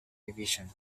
division